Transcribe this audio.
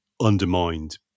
undermined